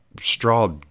straw